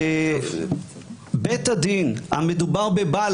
המדובר בבעל,